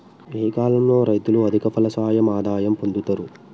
ఏ కాలం లో రైతులు అధిక ఫలసాయం ఆదాయం పొందుతరు?